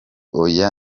oya